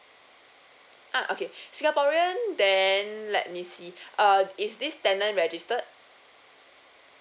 ah okay singaporean then let me see uh is this tenant registered